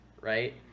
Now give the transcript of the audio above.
right